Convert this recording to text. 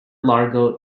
largo